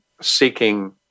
seeking